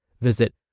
Visit